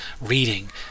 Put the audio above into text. reading